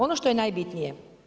Ono što je najbitnije.